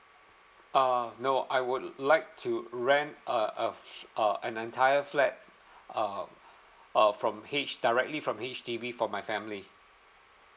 uh no I would like to rent a a f~ uh an entire flat uh uh from h~ directly from H_D_B for my family